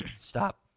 Stop